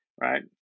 right